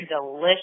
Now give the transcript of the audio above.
delicious